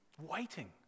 waiting